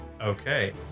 Okay